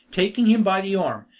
taking him by the arm,